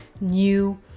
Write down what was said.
new